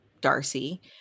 Darcy